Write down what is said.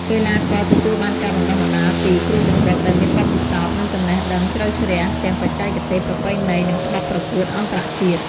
កីឡាករទទួលបានការបណ្ដុះបណ្ដាលពី គ្រូបង្វឹកដែលមានបទពិសោធន៍ និងចំណេះដឹងជ្រៅជ្រះទាំងបច្ចេកទេសប្រពៃណី និងច្បាប់ប្រកួតអន្តរជាតិ។